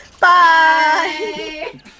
Bye